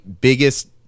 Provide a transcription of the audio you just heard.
biggest